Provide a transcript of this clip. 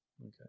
Okay